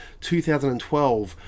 2012